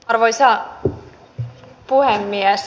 arvoisa puhemies